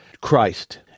christ